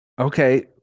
Okay